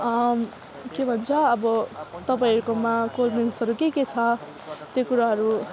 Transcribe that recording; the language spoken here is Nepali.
के भन्छ अब तपाईँहरूकोमा कोल्ड ड्रिन्क्सहरू के के छ त्यो कुराहरू